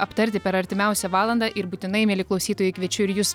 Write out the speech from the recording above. aptarti per artimiausią valandą ir būtinai mieli klausytojai kviečiu ir jus